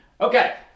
Okay